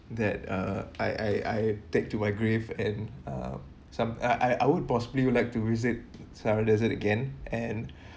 that uh I I I take to my grave and uh some I I would possibly would like to visit several dessert again and